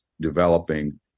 developing